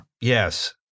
Yes